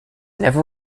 never